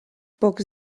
pocs